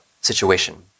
situation